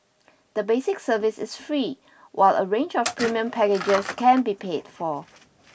the basic service is free while a range of premium packages can be paid for